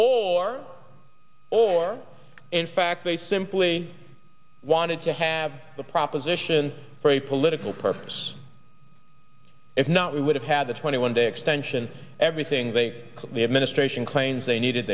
or or in fact they simply wanted to have the proposition for a political purpose if not we would have had the twenty one day extension everything they